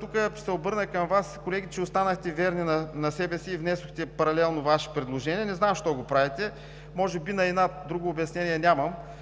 Тук ще се обърна към Вас, колеги, че останахте верни на себе си и внесохте паралелно Ваше предложение. Не знам защо го правите – може би на инат, друго обяснение нямам.